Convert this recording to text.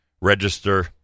register